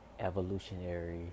evolutionary